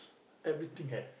everything have